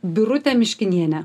birutę miškinienę